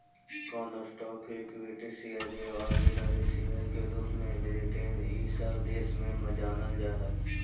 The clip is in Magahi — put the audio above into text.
कौन स्टॉक्स के इक्विटी शेयर या ऑर्डिनरी शेयर के रूप में ब्रिटेन इ सब देश में जानल जा हई